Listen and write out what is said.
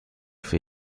für